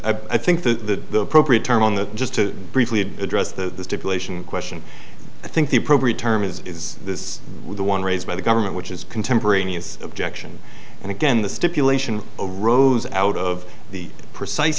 a i think the appropriate term on that just to briefly address the deflation question i think the appropriate term is is this the one raised by the government which is contemporaneous objection and again the stipulation of rose out of the precise